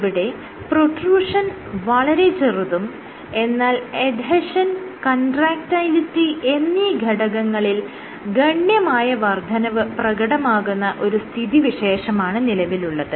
ഇവിടെ പ്രൊട്രൂഷൻ വളരെ ചെറുതും എന്നാൽ എഡ്ഹെഷൻ കൺട്രാക്ടയിലിറ്റി എന്നീ ഘടകങ്ങളിൽ ഗണ്യമായ വർദ്ധനവ് പ്രകടമാകുന്ന ഒരു സ്ഥിതിവിശേഷമാണ് നിലവിലുള്ളത്